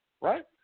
right